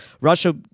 russia